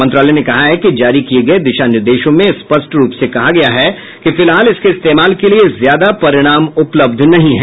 मंत्रालय ने कहा है कि जारी किए गए दिशा निर्देशों में स्पष्ट रूप से कहा गया है कि फिलहाल इसके इस्तेमाल के लिए ज्यादा परिणाम उपलब्ध नहीं हैं